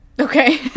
Okay